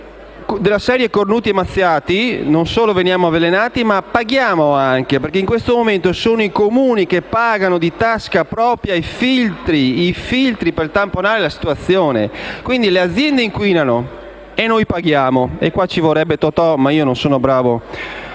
Della serie "cornuti e mazziati"; non solo veniamo avvelenati, ma paghiamo anche: in questo momento sono i Comuni che pagano di tasca propria i filtri per tamponare la situazione. Quindi le aziende inquinano e noi paghiamo. In questo caso ci vorrebbe Totò, ma io non sono bravo